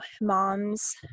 mom's